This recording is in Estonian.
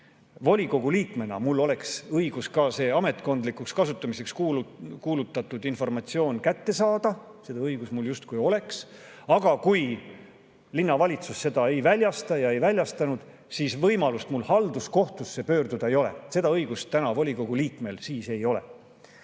volikogu liikmena õigus ka see ametkondlikuks kasutamiseks kuulutatud informatsioon kätte saada, aga kui linnavalitsus seda ei väljasta – ja ei väljastanud –, siis võimalust mul halduskohtusse pöörduda ei ole. Seda õigust volikogu liikmel praegu ei ole.